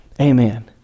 Amen